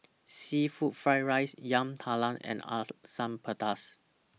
Seafood Fried Rice Yam Talam and Asam Pedas